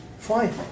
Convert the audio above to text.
Fine